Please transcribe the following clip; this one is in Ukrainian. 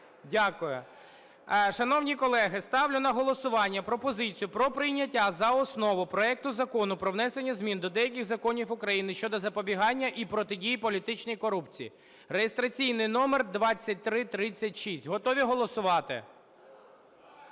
Дякую. Шановні колеги, ставлю на голосування пропозицію про прийняття за основу проекту Закону про внесення змін до деяких законів України щодо запобігання і протидії політичній корупції (реєстраційний номер 2336). Готові голосувати? Готові всі?